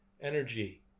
energy